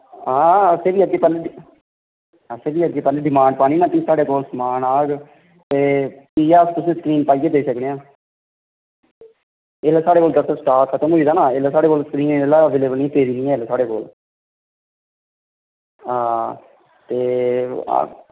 आं असें बी असें बी अग्गें पैह्लें डिमांड पानी ना साढ़े कोल समान आह्ग ते भी गै अस तुसेंगी स्क्रीन पाइयै देई सकने आं ऐल्लै साढ़े कोल स्टॉक खत्म होई दा ना ऐल्लै साढ़े कोल स्क्रीन इसलै पेदी निं ऐ अवेलएवल निं ऐ साढ़े कोल आं ते